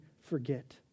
forget